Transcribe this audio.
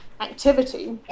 activity